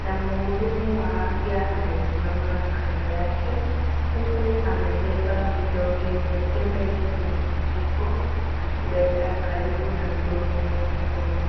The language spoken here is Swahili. na muhudumu wa afya amesimama kando yake, huku amebeba vidonge vya tembe kwenye kijiko, akileta karibu na mdomo wa mgonjwa.